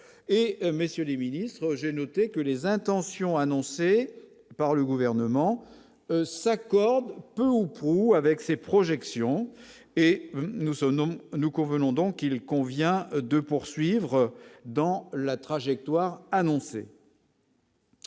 messieurs les Ministres, j'ai noté que les intentions annoncées par le gouvernement s'accordent peu ou prou avec ses projections et nous sommes non nous convenons donc il convient de poursuivre dans la trajectoire annoncée.